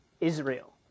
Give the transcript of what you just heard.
Israel